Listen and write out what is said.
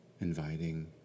Inviting